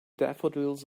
daffodils